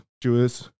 Jewish